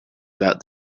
about